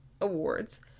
awards